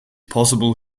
possible